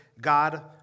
God